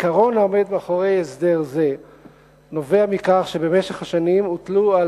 העיקרון העומד מאחורי הסדר זה נובע מכך שבמשך השנים הוטלו על